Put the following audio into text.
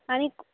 आनी